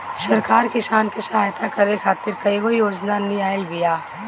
सरकार किसान के सहयता करे खातिर कईगो योजना लियाइल बिया